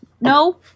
No